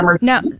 Now